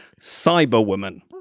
Cyberwoman